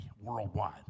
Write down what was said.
worldwide